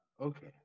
Okay